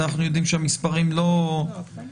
אנחנו יודעים שהמספרים לא מצטברים